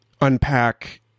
unpack